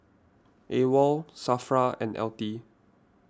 Awol Safra and L T